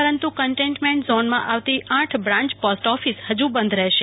પરંતુ કન્ટેઈનમેન્ટ ઝોનમાં આવતી આઠ બ્રાન્ચ પોસ્ટ ઓફિસ હજુ બંધ રહેશે